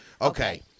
Okay